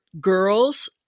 girls